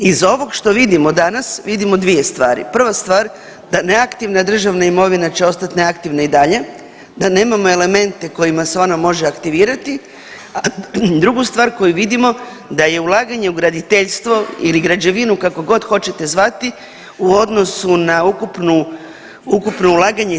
Iz ovog što vidimo danas vidimo dvije stvari, prva stvar da neaktivna državna imovina će ostat neaktivna i dalje, da nemamo elemente kojima se ona može aktivirati, a drugu stvar koju vidimo da je ulaganje u graditeljstvo ili građevinu kako god hoćete zvati u odnosu na ukupnu, ukupno ulaganje 3,3%